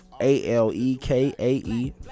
A-L-E-K-A-E